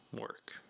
work